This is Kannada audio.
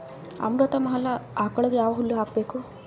ಅಮೃತ ಮಹಲ್ ಆಕಳಗ ಯಾವ ಹುಲ್ಲು ಹಾಕಬೇಕು?